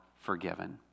forgiven